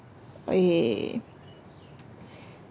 err